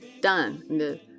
done